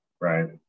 right